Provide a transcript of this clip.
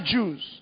Jews